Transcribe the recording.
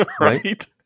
Right